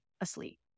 asleep